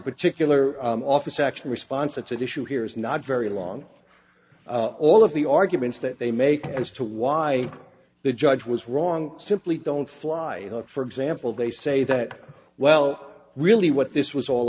particular office action response a tradition here is not very long all of the arguments that they make as to why the judge was wrong simply don't fly for example they say that well really what this was all